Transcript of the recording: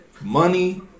Money